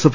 F